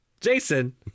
Jason